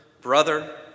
brother